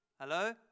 Hello